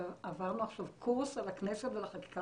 עברנו עכשיו קורס על הכנסת ועל החקיקה